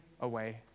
away